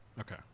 okay